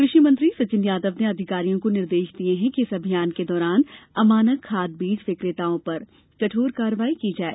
कृषि मंत्री सचिन यादव ने अधिकारियों को निर्देश दिये हैं कि इस अभियान के दौरान अमानक खाद बीज विकताओं पर कठोर कार्यवाही की जाये